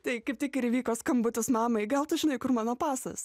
tai kaip tik ir įvyko skambutis mamai gal tu žinai kur mano pasas